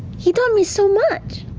he taught me so much.